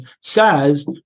says